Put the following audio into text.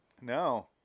No